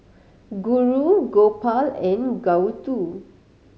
Guru Gopal and Gouthu